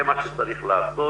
זה מה שצריך לעשות.